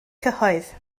cyhoedd